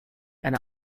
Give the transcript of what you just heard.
eine